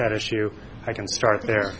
that issue i can start there